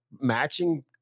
matching